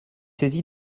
saisi